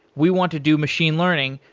we want to do machine learning.